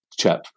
chap